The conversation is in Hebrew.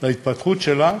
להתפתחות שלה,